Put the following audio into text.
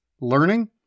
Learning